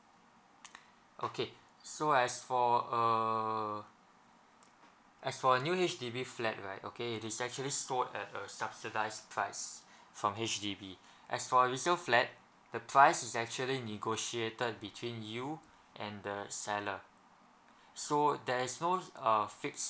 okay so as for uh as for new H_D_B flat right okay it is actually sold at a subsidised price from H_D_B as for resale flat the price is actually negotiated between you and the seller so there is no uh fixed